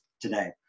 today